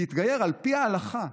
להתגייר על פי ההלכה.